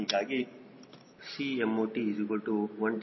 ಹೀಗಾಗಿ 𝐶m0t 1 ∗ 0